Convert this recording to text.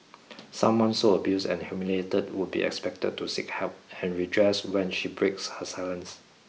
someone so abused and humiliated would be expected to seek help and redress when she breaks her silence